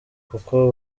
kuko